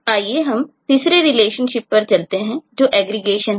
आइए हम तीसरे रिलेशनशिप है